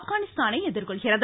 ப்கானிஸ்தானை எதிர்கொள்கிறது